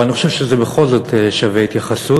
אבל אני חושב שזה בכל זאת שווה התייחסות,